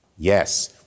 Yes